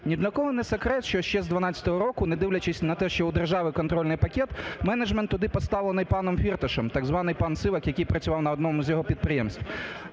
Ні для кого не секрет, що ще з 2012 року, не дивлячись на те, що у держави контрольний пакет, менеджмент туди поставлений паном Фірташем, так званий пан Сивак, який працював на одному з його підприємств.